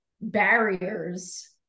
barriers